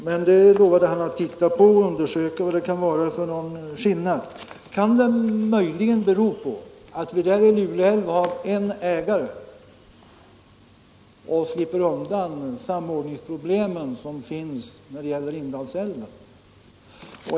Han lovade undersöka vad det kan vara för skillnad. Kan den skillnaden möjligen bero på att vi vid Lule älv har en ägare och slipper undan samordningsproblemen som finns när det gäller Indalsälven?